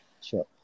Sure